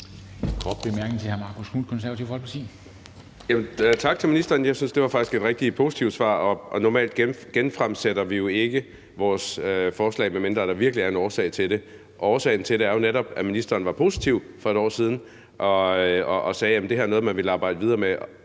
Tak til ministeren. Jeg synes faktisk, det var et rigtig positivt svar. Normalt genfremsætter vi jo ikke vores forslag, medmindre der virkelig er en årsag til det, og årsagen til det er jo netop, at ministeren var positiv for et år siden og sagde, at det her er noget, man vil arbejde videre med.